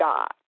God